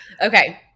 Okay